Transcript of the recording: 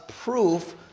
proof